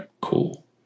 cool